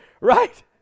right